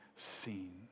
seen